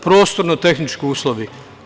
Prostorno tehnički uslovi.